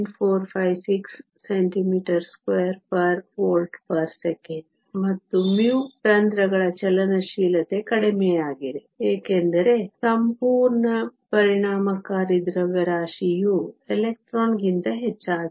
456 cm2 V 1s 1 ಮತ್ತು μh ರಂಧ್ರಗಳ ಚಲನಶೀಲತೆ ಕಡಿಮೆಯಾಗಿದೆ ಏಕೆಂದರೆ ಸಂಪೂರ್ಣ ಪರಿಣಾಮಕಾರಿ ದ್ರವ್ಯರಾಶಿಯು ಎಲೆಕ್ಟ್ರಾನ್ಗಿಂತ ಹೆಚ್ಚಾಗಿದೆ